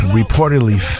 reportedly